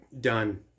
done